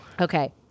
Okay